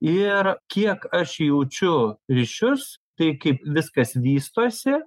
ir kiek aš jaučiu ryšius tai kaip viskas vystosi